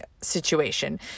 situation